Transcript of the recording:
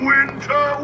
Winter